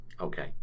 Okay